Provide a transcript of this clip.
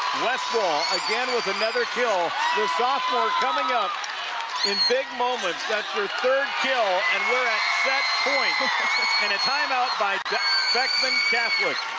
westphal again with another kill, the sophomore coming up in big moments that's her third kill and we're at set point in a time-out by beckman catholic.